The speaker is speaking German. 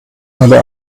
alle